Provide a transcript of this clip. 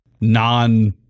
non-